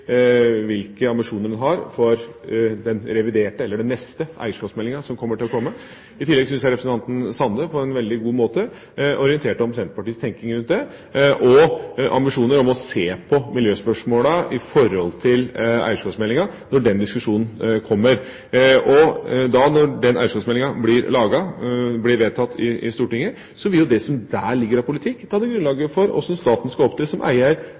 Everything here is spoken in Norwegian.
tillegg syns jeg representanten Sande på en veldig god måte orienterte om Senterpartiets tenkning rundt det og om ambisjoner for å se på miljøspørsmålene i forbindelse med eierskapsmeldinga når den diskusjonen kommer. Når den eierskapsmeldinga blir vedtatt i Stortinget, vil jo det som der ligger av politikk, danne grunnlaget for hvordan staten skal opptre som eier